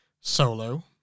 solo